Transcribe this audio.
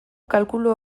kalkulu